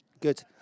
Good